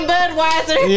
Budweiser